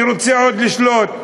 אני רוצה עוד לשלוט.